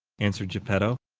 answered geppetto.